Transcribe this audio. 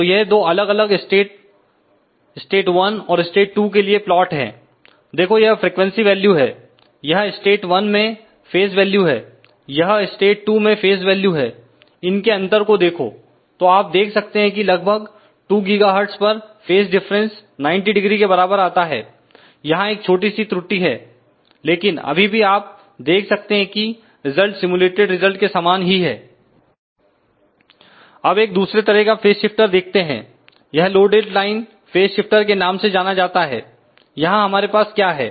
तो यह दो अलग अलग स्टेट स्टेट 1 और स्टेट 2 के लिए प्लॉट है देखो यह फ्रीक्वेंसी वैल्यू है यह स्टेट 1 में फेज वैल्यू हैयह स्टेट 2 में फेज वैल्यू है इन के अंतर को देखो तो आप देख सकते हैं कि लगभग 2 GHz पर फेज डिफरेंस 900 के बराबर आता है यहां एक छोटी सी त्रुटि है लेकिन अभी भी आप देख सकते हैं कि रिजल्ट सिम्युलेटेड रिजल्ट के सामान ही है अब एक दूसरे तरह का फेज शिफ्टर देखते हैं यह लोडड लाइन फेज शिफ्टर के नाम से जाना जाता है यहां हमारे पास क्या है